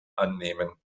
annehmen